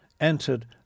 entered